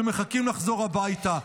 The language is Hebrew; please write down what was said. שמחכים לחזור הביתה.